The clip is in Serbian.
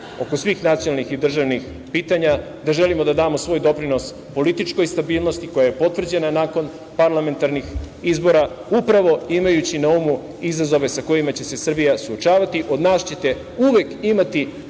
Oko svih nacionalnih i državnih pitanja da želimo da damo svoj doprinos političkoj stabilnosti koja je potvrđena nakon parlamentarnih izbora upravo imajući na umu izazove sa kojima će se Srbija suočavati. Od nas ćete uvek imati